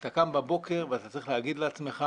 אתה קם בבוקר ואתה צריך להגיד לעצמך: